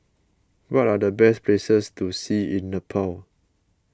what are the best places to see in Nepal